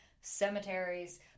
Cemeteries